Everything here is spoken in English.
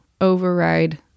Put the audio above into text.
override